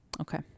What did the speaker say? Okay